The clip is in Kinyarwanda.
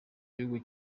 gihugu